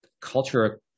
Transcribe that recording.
culture